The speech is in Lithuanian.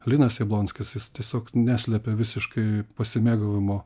linas jablonskis jis tiesiog neslepia visiškai pasimėgavimo